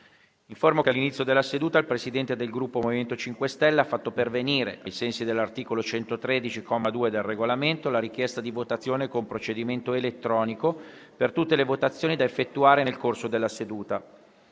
che all'inizio della seduta il Presidente del Gruppo MoVimento 5 Stelle ha fatto pervenire, ai sensi dell'articolo 113, comma 2, del Regolamento, la richiesta di votazione con procedimento elettronico per tutte le votazioni da effettuare nel corso della seduta.